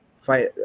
Fight